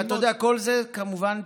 אתה יודע, כל זה, כמובן,